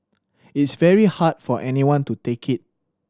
it's very hard for anyone to take it